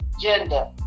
gender